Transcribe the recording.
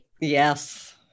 Yes